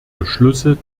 beschlüsse